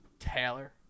Taylor